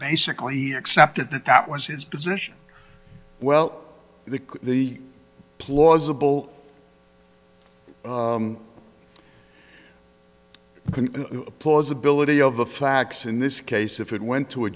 basically accepted the cap was his position well the the plausible plausibility of the facts in this case if it went to a